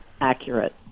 accurate